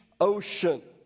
ocean